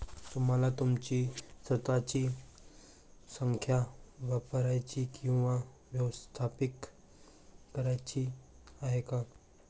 तुम्हाला तुमची स्वतःची संख्या वापरायची किंवा व्यवस्थापित करायची आहे का?